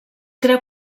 creu